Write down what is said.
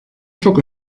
çok